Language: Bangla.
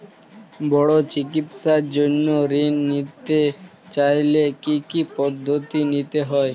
বড় চিকিৎসার জন্য ঋণ নিতে চাইলে কী কী পদ্ধতি নিতে হয়?